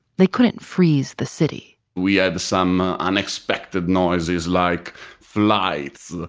they couldn't freeze the city we had some unexpected noises like flights,